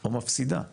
או מפסידה .